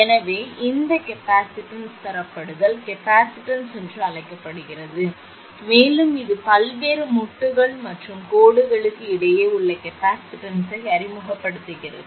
எனவே இந்த கெப்பாசிட்டன்ஸ் தரப்படுத்தல் கெப்பாசிட்டன்ஸ் என்று அழைக்கப்படுகிறது மேலும் இது பல்வேறு மூட்டுகள் மற்றும் கோடுகளுக்கு இடையே உள்ள கெப்பாசிட்டன்ஸை அறிமுகப்படுத்துகிறது